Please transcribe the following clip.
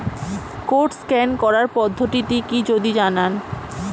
Code scan করার পদ্ধতিটি কি যদি জানান?